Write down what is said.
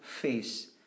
face